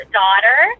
daughter